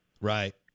right